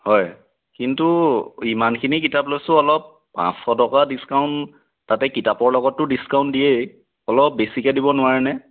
হয় কিন্তু ইমানখিনি কিতাপ লৈছোঁ অলপ পাঁচশ টকা ডিছকাউণ্ট তাতে কিতাপৰ লগততো ডিছকাউণ্ট দিয়েই অলপ বেছিকৈ দিব নোৱাৰেনে